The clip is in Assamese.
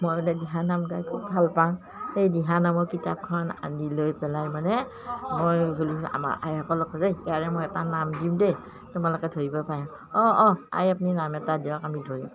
মই মানে দিহানাম গাই খুব ভালপাওঁ সেই দিহানামৰ কিতাপখন আনি লৈ পেলাই মানে মই আমাৰ আইসকলকো ইয়াৰে মই এটা নাম দিওঁ দেই তোমালোকে ধৰিব পৰা অঁ অঁ আই আপুনি নাম এটা দিয়ক আমি ধৰিম